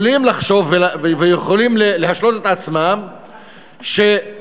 יכולים לחשוב ויכולים להשלות את עצמם שעיקר